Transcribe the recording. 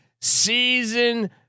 season